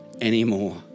anymore